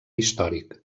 històric